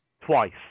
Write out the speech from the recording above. twice